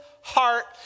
heart